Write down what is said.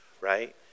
right